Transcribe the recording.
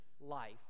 life